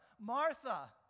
Martha